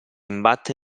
imbatte